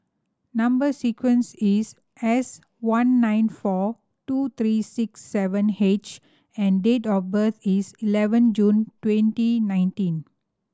number sequence is S one nine four two three six seven H and date of birth is eleven June twenty nineteen